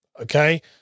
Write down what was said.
Okay